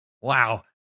wow